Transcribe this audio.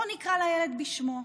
בואו נקרא לילד בשמו: